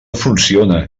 funciona